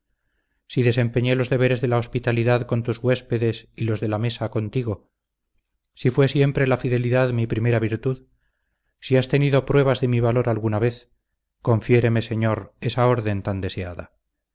si desempeñé los deberes de la hospitalidad con tus huéspedes y los de la mesa contigo si fue siempre la fidelidad mi primera virtud si has tenido pruebas de mi valor alguna vez confiéreme señor esa orden tan deseada